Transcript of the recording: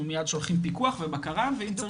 מיד שולחים פיקוח ובקרה ואם צריך סנקציות.